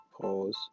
Pause